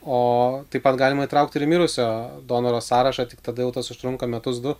o taip pat galima įtraukti ir į mirusio donoro sąrašą tik tada jau tas užtrunka metus du